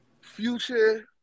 Future